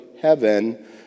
heaven